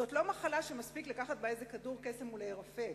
זאת לא מחלה שמספיק לקחת בה איזה כדור קסם ולהירפא.